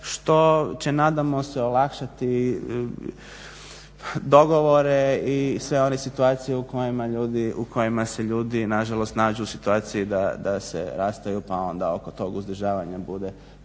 što će nadamo se olakšati dogovore i sve one situacije u kojima se ljudi nažalost nađu u situaciji da se rastaju pa onda oko toga uzdržavanja bude